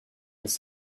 his